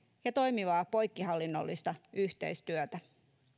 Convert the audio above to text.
ja toimivaa poikkihallinnollista yhteistyötä